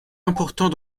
important